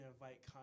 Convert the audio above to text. invite